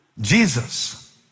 Jesus